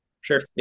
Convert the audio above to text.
Sure